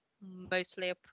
mostly